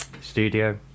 studio